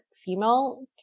female